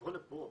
לבוא לפה